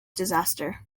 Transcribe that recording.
disaster